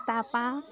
তাপা